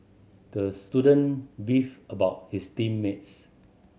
the student beefed about his team mates